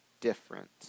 different